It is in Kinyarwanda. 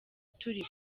turi